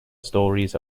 stories